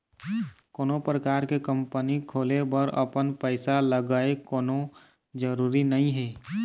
कोनो परकार के कंपनी खोले बर अपन पइसा लगय कोनो जरुरी नइ हे